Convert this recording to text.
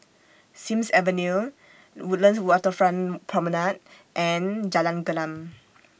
Sims Avenue Woodlands Waterfront Promenade and Jalan Gelam